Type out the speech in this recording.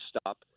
stop